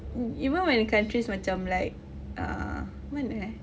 mm even when countries macam like uh mana eh